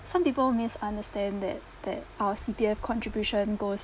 some people misunderstand that that our C_P_F contribution goes